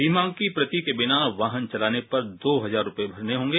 बीमा की प्रति के बिना वाहन चलाने पर दो हजार रुपये भरने होंगे